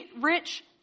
rich